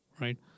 right